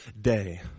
day